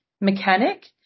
mechanic